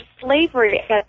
slavery